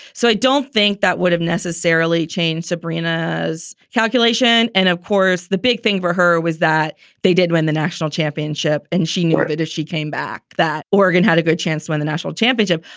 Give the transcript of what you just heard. so i don't think that would necessarily change sabrina's calculation. and of course, the big thing for her was that they did win the national championship and she knew that if she came back, that oregon had a good chance to win the national championship,